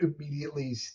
immediately